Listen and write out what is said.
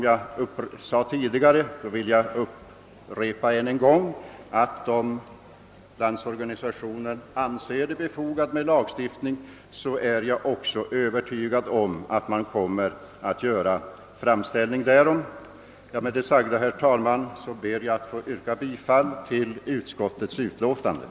Jag upprepar än en gång, att om Landsorganisationen anser en lagstiftning befogad så är jag övertygad om att den kommer att göra en framställning härom. Med det sagda, herr talman, ber jag att få yrka bifall till utskottets hemställan.